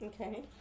okay